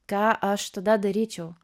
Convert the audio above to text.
ką aš tada daryčiau